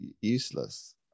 useless